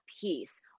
peace